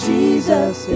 Jesus